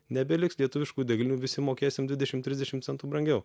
nebeliks lietuviškų degalinių visi mokėsim dvidešim trisdešim centų brangiau